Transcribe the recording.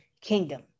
kingdom